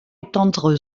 étendre